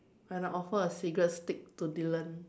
when I offer a cigarette stick to Dylan